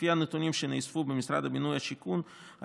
לפי הנתונים שנאספו במשרד הבינוי והשיכון,